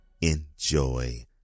enjoy